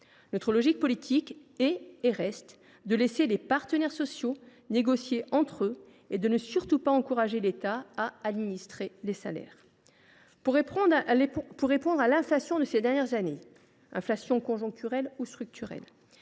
Notre logique politique est et reste de laisser les partenaires sociaux négocier entre eux et de ne surtout pas encourager l’État à administrer les salaires. Pour répondre à l’inflation de ces dernières années, qu’elle soit conjoncturelle ou structurelle,